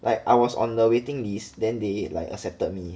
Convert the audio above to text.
like I was on the waiting list then they like accepted me